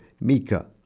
Mika